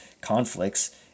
conflicts